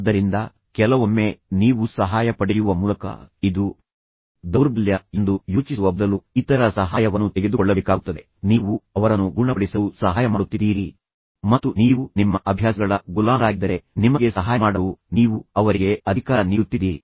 ಆದ್ದರಿಂದ ಕೆಲವೊಮ್ಮೆ ನೀವು ಸಹಾಯ ಪಡೆಯುವ ಮೂಲಕ ಇದು ದೌರ್ಬಲ್ಯ ಎಂದು ಯೋಚಿಸುವ ಬದಲು ಇತರರ ಸಹಾಯವನ್ನು ತೆಗೆದುಕೊಳ್ಳಬೇಕಾಗುತ್ತದೆ ನೀವು ಅವರನ್ನು ಗುಣಪಡಿಸಲು ಸಹಾಯ ಮಾಡುತ್ತಿದ್ದೀರಿ ಮತ್ತು ನೀವು ನಿಮ್ಮ ಅಭ್ಯಾಸಗಳ ಗುಲಾಮರಾಗಿದ್ದರೆ ನಿಮಗೆ ಸಹಾಯ ಮಾಡಲು ನೀವು ಅವರಿಗೆ ಅಧಿಕಾರ ನೀಡುತ್ತಿದ್ದೀರಿ